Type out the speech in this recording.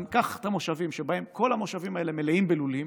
קח את המושבים שמלאים בלולים.